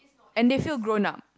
and they feel grown up